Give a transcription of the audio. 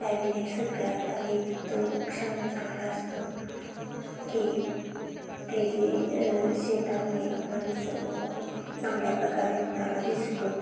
त्यावेळी ते सगळ्यात अधिक तो क्षण चांगला असतो की ते जे शेतामुळे आपला निसर्ग खूप चांगल्या प्रकारे आपणाला दिसतो